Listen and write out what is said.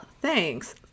thanks